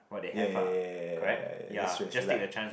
ya ya ya ya ya ya that's true that's true like